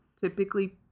typically